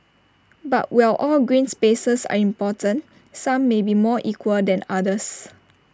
but while all green spaces are important some may be more equal than others